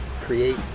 create